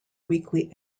weekly